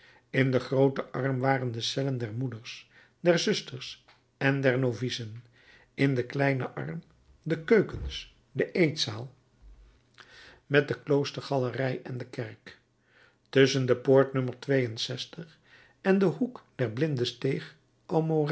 in den grooten arm waren de cellen der moeders der zusters en der novicen in den kleinen arm de keukens de eetzaal met de kloostergalerij en de kerk tusschen de poort no en den hoek der blinde steeg